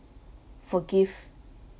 forgive